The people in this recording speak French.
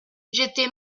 j’étais